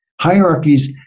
Hierarchies